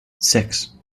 six